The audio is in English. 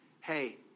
hey